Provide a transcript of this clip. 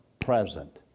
present